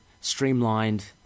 streamlined